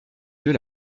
yeux